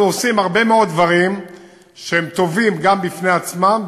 אנחנו עושים הרבה מאוד דברים שהם טובים גם בפני עצמם,